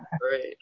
Great